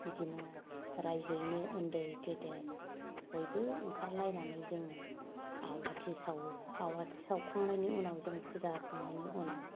बिदिनो रायजोयैनो उन्दै गेदेर बयबो ओंखारलायनानै जोङो आवाथि सावो आवाथि सावखांनायनि उनाव जोङो फुजा होखांनायनि उनाव